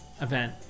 event